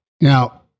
Now